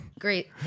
Great